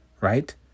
right